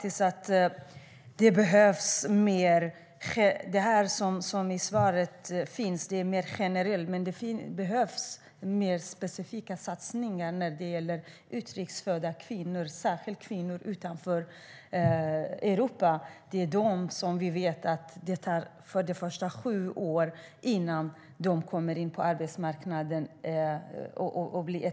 Svaret är generellt, men det behövs mer specifika satsningar på utrikes födda kvinnor, särskilt kvinnor födda utanför Europa. Vi vet att det tar sju år innan de etablerar sig på arbetsmarknaden.